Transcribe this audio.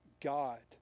God